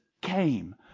came